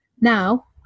Now